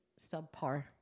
subpar